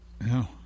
No